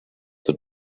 the